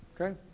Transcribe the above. okay